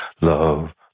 love